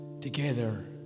together